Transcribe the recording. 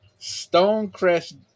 Stonecrest